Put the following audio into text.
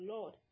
Lord